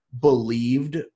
believed